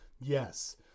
yes